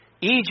Egypt